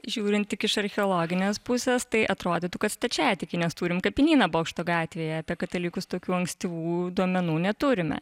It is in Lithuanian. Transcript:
žiūrint tik iš archeologinės pusės tai atrodytų kad stačiatikiai nes turim kapinyną bokšto gatvėje apie katalikus tokių ankstyvų duomenų neturime